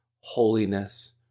holiness